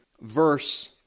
verse